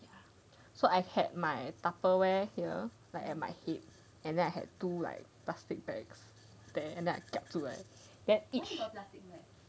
ya so I've had my tupperware here like at my hip and then I had two like plastic bags there and that I kiap zhu then each